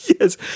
Yes